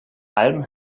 alm